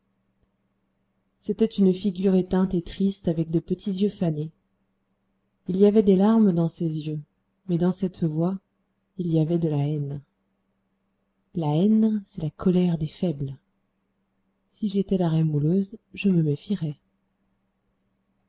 c'était une figure éteinte et triste avec de petits yeux fanés il y avait des larmes dans ces yeux mais dans cette voix il y avait de la haine la haine c'est la colère des faibles si j'étais la rémouleuse je me méfierais